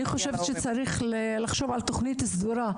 אני חושבת שצריך לחשוב על תוכנית סדורה,